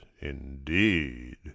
indeed